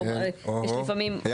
או יש לפעמים --- כן,